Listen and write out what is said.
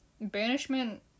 banishment